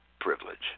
privilege